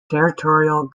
territorial